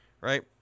right